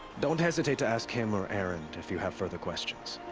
don't hesitate to ask him or erend if you have further questions.